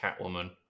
Catwoman